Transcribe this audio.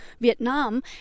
Vietnam